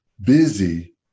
busy